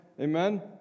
Amen